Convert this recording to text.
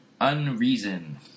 Unreason